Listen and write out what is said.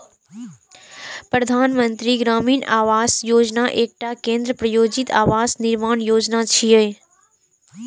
प्रधानमंत्री ग्रामीण आवास योजना एकटा केंद्र प्रायोजित आवास निर्माण योजना छियै